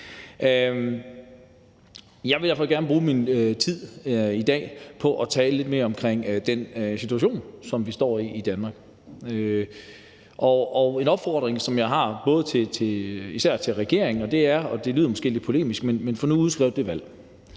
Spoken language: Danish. Jeg vil derfor gerne bruge min tid i dag på at tale lidt mere om den situation, som vi står i i Danmark. En opfordring, som jeg har især til regeringen, er, og det lyder måske lidt polemisk: Få nu udskrevet det valg.